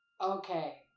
Okay